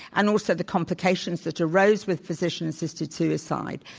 and also the complications that arose with physician assisted suicide,